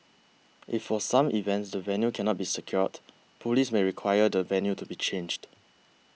if for some events the venue cannot be secured police may require the venue to be changed